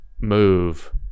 move